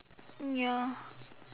ya